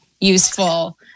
useful